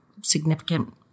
significant